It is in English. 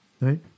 Right